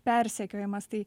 persekiojamas tai